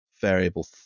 variable